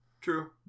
true